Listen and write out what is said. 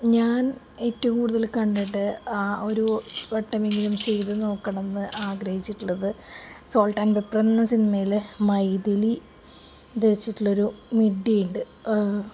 ഞാൻ ഏറ്റവും കൂടുതല് കണ്ടിട്ട് ആ ഒരു ചെയ്തുനോക്കണമെന്ന് ആഗ്രഹിച്ചിട്ടുള്ളത് സോൾട്ട് ആൻഡ് പെപ്പർ എന്ന സിനിമയില് മൈഥിലി ധരിച്ചിട്ടുള്ളൊരു മിഡ്ഡിയുണ്ട്